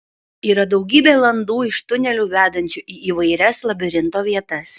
yra daugybė landų iš tunelių vedančių į įvairias labirinto vietas